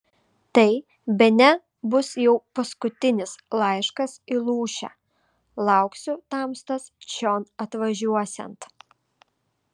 tai bene bus jau paskutinis laiškas į lūšę lauksiu tamstos čion atvažiuosiant